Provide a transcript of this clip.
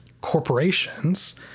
corporations